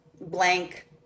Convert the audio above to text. blank